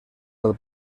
del